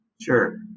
Sure